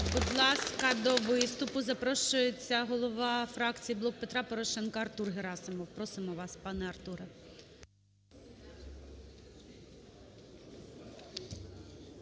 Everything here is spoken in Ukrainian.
Будь ласка, до виступу запрошується голова фракції "Блок Петра Порошенка" Артур Герасимов. Просимо вас, пане Артуре.